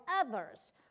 others